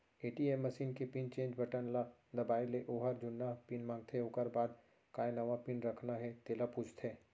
ATM machine के PIN change button ल दबाए ले ओहर जुन्ना पिन मांगथे ओकर बाद काय नवा पिन रखना हे तेला पूछथे